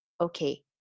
okay